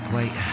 Wait